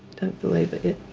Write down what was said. don't believe it.